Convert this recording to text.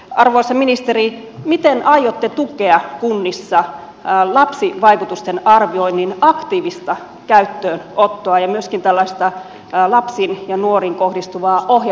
arvoisa ministeri miten aiotte tukea kunnissa lapsivaikutusten arvioinnin aktiivista käyttöönottoa ja myöskin tällaista lapsiin ja nuoriin kohdistuvaa ohjelmatyötä